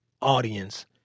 audience